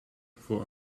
voor